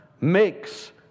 makes